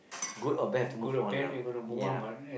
good or bad have to move on ah ya